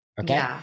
Okay